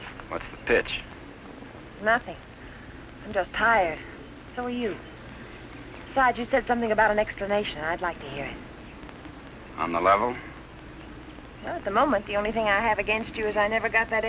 with pitch nothing just tired so you said you said something about an explanation i'd like to hear on the level the moment the only thing i have against you is i never got that